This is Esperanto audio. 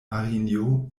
marinjo